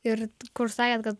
ir kurs sakėt kad